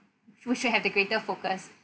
would should have the greater focus